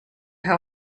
how